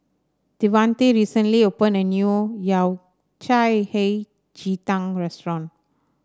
Devante recently opened a new Yao Cai Hei Ji Tang restaurant